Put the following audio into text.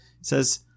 Says